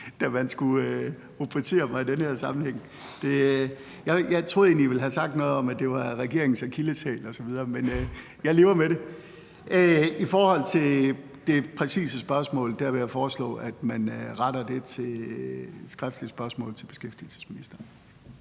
da man skulle gå til mig i den her sammenhæng. Jeg troede egentlig, at I ville have sagt noget om, at det var regeringens akilleshæl osv., men jeg lever med det. I forhold til det præcise spørgsmål vil jeg foreslå, at man retter det til beskæftigelsesministeren